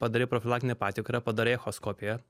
padarai profilaktinę patikrą padarai echoskopiją